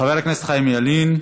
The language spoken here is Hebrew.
חבר הכנסת חיים ילין.